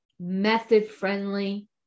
method-friendly